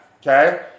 okay